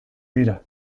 dira